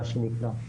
מה שנקרא?